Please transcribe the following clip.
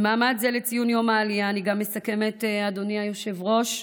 במעמד זה לציון יום העלייה, אדוני היושב-ראש,